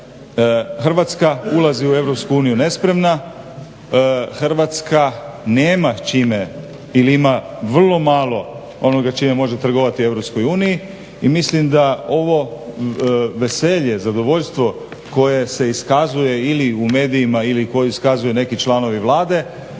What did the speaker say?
Hrvatska ulazi u Europsku uniju nespremna, Hrvatska nema čime ili ima vrlo malo onoga čime može trgovati u Europskoj uniji i mislim da ovo veselje, zadovoljstvo koje se iskazuje ili u medijima ili koje iskazuju neki članovi Vlade